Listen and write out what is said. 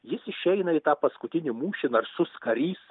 jis išeina į tą paskutinį mūšį narsus karys